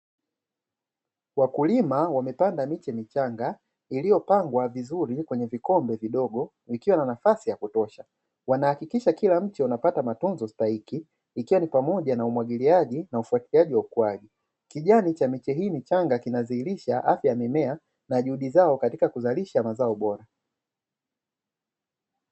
Wakulima wamepanda miche michanga iliyopangwa vizuri ikiwa na nafasi ya kutosha wanahakikisha kila mtu anapata matunzo stahiki ikiwa ni pamoja na umwagiliaji na ufuatiliaji wa ukuaji kijani cha miche hii ni changa ,kinadhihirisha afya ya mimea na juhudi zao katika kuzalisha mazao bora.